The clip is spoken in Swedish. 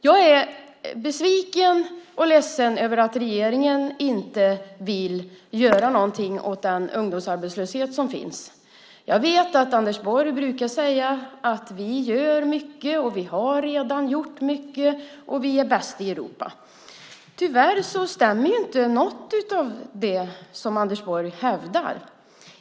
Jag är besviken på och ledsen över att regeringen inte vill göra någonting åt den ungdomsarbetslöshet som finns. Jag vet att Anders Borg brukar säga: Vi gör mycket, vi har redan gjort mycket och vi är bäst i Europa. Tyvärr stämmer inte något av det som Anders Borg hävdar.